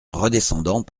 redescendant